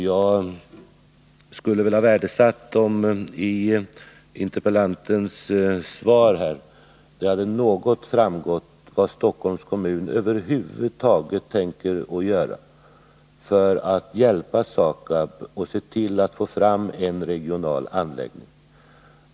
Jag skulle ha värdesatt om det av interpellantens anförande hade framgått vad Stockholms kommun över huvud taget tänker göra för att hjälpa SAKAB att få en regional anläggning.